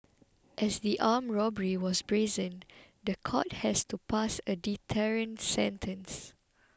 as the armed robbery was brazen the court has to pass a deterrent sentence